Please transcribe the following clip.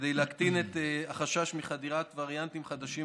כדי להקטין את החשש מחדירת וריאנטים חדשים